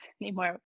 anymore